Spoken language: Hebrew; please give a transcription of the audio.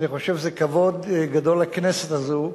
אני חושב שזה כבוד גדול לכנסת הזו,